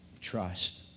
trust